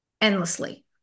Endlessly